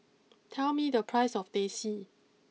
tell me the price of Teh C